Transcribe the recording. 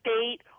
state